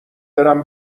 برم